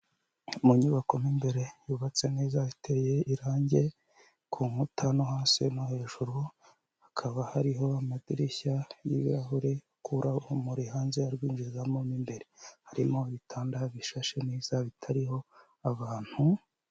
Mu nyubako mo imbere yubatse neza, hateye irangi ku nkuta no hasi no hejuru; hakaba hariho amadirishya y'ibirahure, akura urumuri hanze arwinjirizamo mo imbere. Harimo ibitanda bishashe neza bitariho abantu...